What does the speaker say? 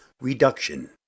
reduction